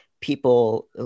people